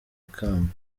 ikamba